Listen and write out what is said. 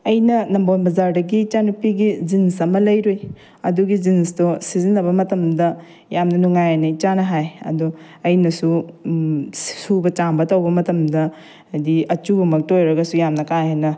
ꯑꯩꯅ ꯅꯝꯕꯣꯜ ꯕꯥꯖꯥꯔꯗꯒꯤ ꯏꯆꯥꯅꯨꯄꯤꯒꯤ ꯖꯤꯟꯁ ꯑꯃ ꯂꯩꯔꯨꯏ ꯑꯗꯨꯒꯤ ꯖꯤꯟꯁꯇꯣ ꯁꯤꯖꯤꯟꯅꯕ ꯃꯇꯝꯗ ꯌꯥꯝꯅ ꯅꯨꯡꯉꯥꯏꯑꯦꯅ ꯏꯆꯥꯅ ꯍꯥꯏ ꯑꯗꯣ ꯑꯩꯅꯁꯨ ꯁꯨꯕ ꯆꯥꯝꯕ ꯃꯇꯝꯗ ꯍꯥꯏꯗꯤ ꯑꯆꯨꯕ ꯃꯛꯇ ꯑꯣꯏꯔꯒꯁꯨ ꯌꯥꯝꯅ ꯀꯥ ꯍꯦꯟꯅ